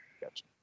Gotcha